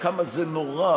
וכמה זה נורא,